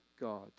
God